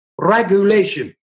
Regulation